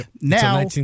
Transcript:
Now